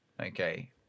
Okay